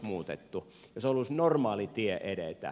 se olisi normaali tie edetä